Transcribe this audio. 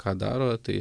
ką daro tai